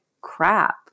crap